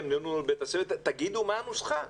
תגידו מה הנוסחה.